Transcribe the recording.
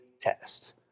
test